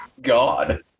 god